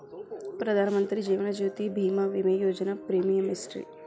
ಪ್ರಧಾನ ಮಂತ್ರಿ ಜೇವನ ಜ್ಯೋತಿ ಭೇಮಾ, ವಿಮಾ ಯೋಜನೆ ಪ್ರೇಮಿಯಂ ಎಷ್ಟ್ರಿ?